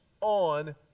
on